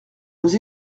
nous